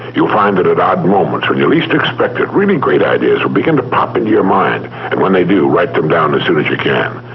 you'll find that at odd moments, when you least expect it, really great ideas will begin to pop into your mind. and when they do, write them down as soon as you can.